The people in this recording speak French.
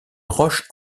roche